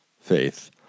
faith